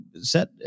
set